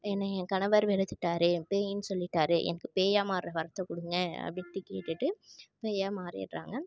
என்னை என் கணவர் வெறுத்துட்டார் பேயின்னு சொல்லிட்டார் எனக்கு பேயாக மாறுற வரத்தை கொடுங்க அப்படின்ட்டு கேட்டுகிட்டு பேயாக மாறிடராங்க